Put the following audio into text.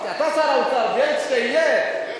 אתה שר האוצר, בילסקי יהיה,